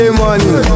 money